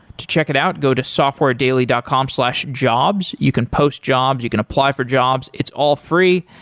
to check it out go to softwaredaily dot com slash jobs. you can post jobs. you can apply for jobs. it's all free.